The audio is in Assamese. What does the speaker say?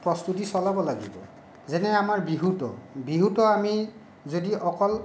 প্ৰস্তুতি চলাব লাগিব যেনে আমাৰ বিহুটো বিহুটো আমি যদি অকল